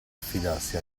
affidarsi